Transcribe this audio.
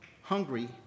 hungry